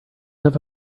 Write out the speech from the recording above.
have